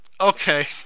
okay